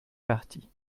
partie